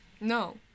No